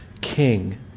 king